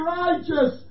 righteous